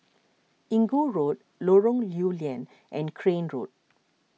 Inggu Road Lorong Lew Lian and Crane Road